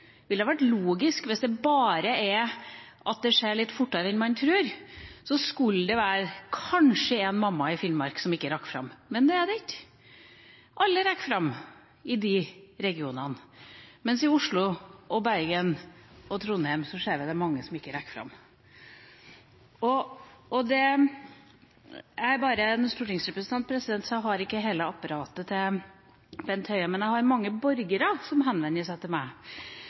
ville ha vært logisk. Hvis det bare er at fødselen skjer litt fortere enn man tror, skulle det kanskje være én mamma i Finnmark som ikke rakk fram. Men det er det ikke; alle rekker fram i de regionene. Mens i Oslo, i Bergen og i Trondheim ser vi at det er mange som ikke rekker fram. Jeg er bare en stortingsrepresentant, så jeg har ikke hele apparatet til Bent Høie, men jeg har mange borgere som henvender seg til meg.